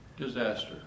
Disaster